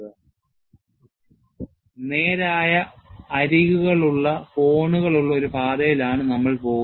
അതിനാൽ നേരായ അരികുകളുള്ള കോണുകളുള്ള ഒരു പാതയിലാണ് നമ്മൾ പോകുന്നത്